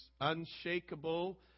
unshakable